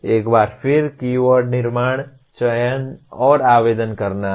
एक बार फिर कीवर्ड निर्माण चयन और आवेदन करना हैं